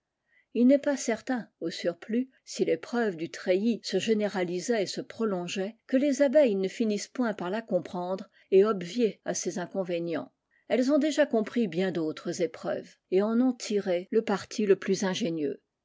il n'est pas certain au surplus si l'épreuve du treillis se généralisait et se prolongeait que les abeilles ne finissent point par la comprendre et obvier à ses inconvénients elles ont déjà compris bien d'autres épreuves et en ont tiré le parti le plus ingénieux